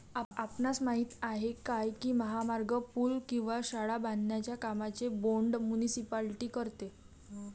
आपणास माहित आहे काय की महामार्ग, पूल किंवा शाळा बांधण्याच्या कामांचे बोंड मुनीसिपालिटी करतो?